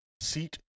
seat